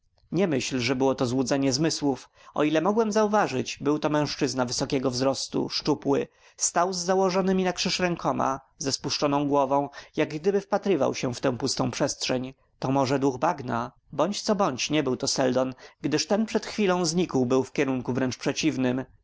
nie myśl że to było złudzenie zmysłów o ile mogłem zauważyć był to mężczyzna wysokiego wzrostu szczupły stał z założonymi na krzyż rękoma ze spuszczoną głową jak gdyby wpatrywał się w tę pustą przestrzeń to może duch bagna bądź co bądź nie był to seldon gdyż ten przed chwilą znikł był w kierunku wręcz przeciwnym